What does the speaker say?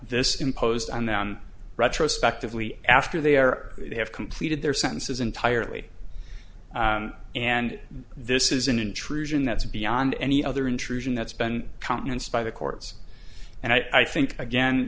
this imposed and then retrospectively after they are they have completed their sentences entirely and this is an intrusion that's beyond any other intrusion that's been countenanced by the courts and i think again